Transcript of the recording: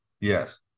yes